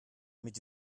mit